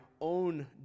own